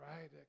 right